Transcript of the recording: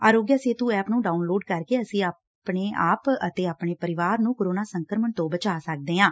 ਆਰੋਗਿਆ Setu app ਨੂੰ download ਕਰਕੇ ਅਸੀਂ ਆਪਣੇ ਆਪ ਅਤੇ ਆਪਣੇ ਪਰਿਵਾਰਾਂ ਨੂੰ ਕੋਰੋਨਾ ਸੰਕਰਮਣ ਤੋਂ ਬਚਾ ਸਕਦੇ ਆਂ